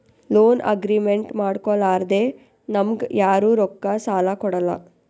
loan agreement ಮಾಡ್ಕೊಲಾರ್ದೆ ನಮ್ಗ್ ಯಾರು ರೊಕ್ಕಾ ಸಾಲ ಕೊಡಲ್ಲ